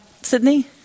Sydney